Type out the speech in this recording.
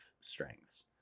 strengths